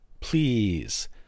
please